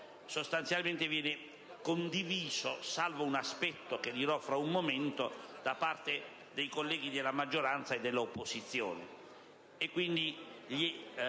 Commissione sostanzialmente viene condiviso - salvo un aspetto di cui dirò fra un momento - dai colleghi della maggioranza e dell'opposizione,